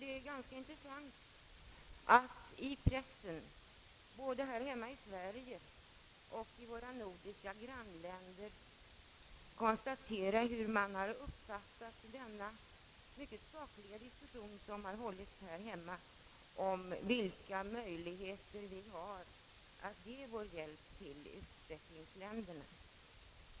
Det är ganska intressant att i pressen, både här hemma och i våra nordiska grannländer, konstatera hur man har uppfattat den mycket sakliga diskussion som har förts här hemma om vilka möjligheter vi har att ge hjälp till utvecklingsländerna.